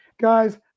Guys